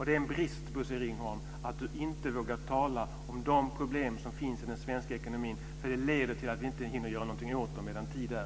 Det är en brist att Bosse Ringholm inte vågar tala om de problem som finns i den svenska ekonomin. Det leder till att vi inte hinner göra någonting åt dem medan tid är.